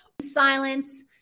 Silence